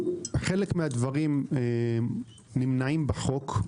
חלק מהדברים נמנעים בחוק.